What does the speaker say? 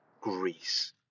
Greece